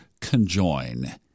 conjoin